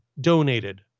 donated